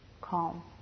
calm